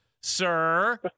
sir